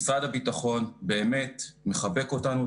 משרד הביטחון באמת מחבק אותנו,